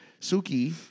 Suki